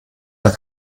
der